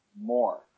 more